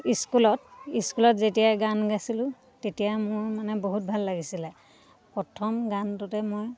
স্কুলত স্কুলত যেতিয়া গান গাইছিলোঁ তেতিয়া মোৰ মানে বহুত ভাল লাগিছিলে প্ৰথম গানটোতে মই